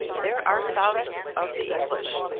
there are thousands of the english,